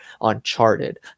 Uncharted